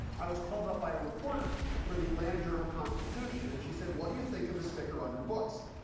i was called up by a reporter for the atlanta journal constitution, and she said, what do you think of the sticker on your books?